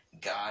God